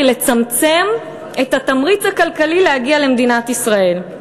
היא לצמצם את התמריץ הכלכלי להגיע למדינת ישראל.